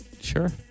sure